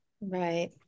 Right